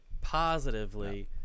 Positively